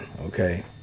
okay